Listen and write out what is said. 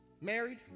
Married